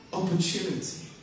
opportunity